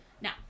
Now